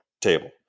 table